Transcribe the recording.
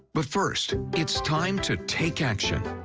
but first, it's time to take action.